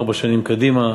ארבע שנים קדימה.